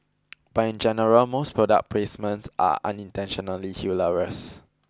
but in general most product placements are unintentionally hilarious